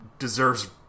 Deserves